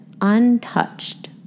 untouched